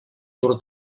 tour